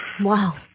Wow